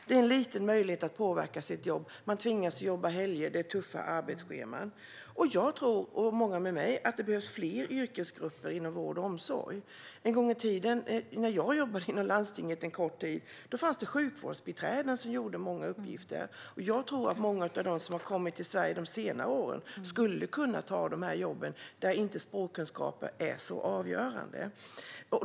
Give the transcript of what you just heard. Man har en liten möjlighet att påverka sitt jobb. Man tvingas jobba helger, och det är tuffa arbetsscheman. Jag och många med mig tror att det behövs fler yrkesgrupper inom vård och omsorg. En gång i tiden när jag jobbade inom landstinget en kort tid fanns det sjukvårdsbiträden som gjorde många uppgifter. Jag tror att många av dem som har kommit till Sverige under senare år skulle kunna ta sådana jobb där språkkunskaperna inte är så avgörande.